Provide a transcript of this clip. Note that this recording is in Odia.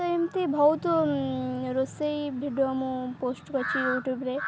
ତ ଏମିତି ବହୁତ ରୋଷେଇ ଭିଡ଼ିଓ ମୁଁ ପୋଷ୍ଟ କରିଛି ୟୁଟ୍ୟୁବରେ